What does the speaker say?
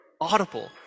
audible